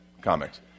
comics